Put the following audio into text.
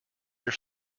your